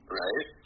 right